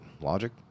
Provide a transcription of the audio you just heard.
Logic